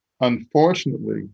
Unfortunately